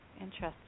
Interesting